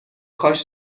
کاش